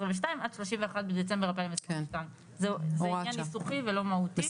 עד 31 בדצמבר 2022. זה עניין ניסוחי ולא מהותי,